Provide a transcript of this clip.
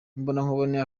imbonankubone